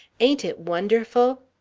ain't it wonderful?